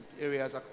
areas